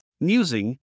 Musing